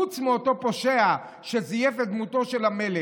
חוץ מאותו פושע שזייף את דמותו של המלך.